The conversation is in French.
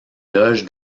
loge